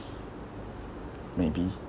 maybe